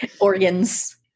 Organs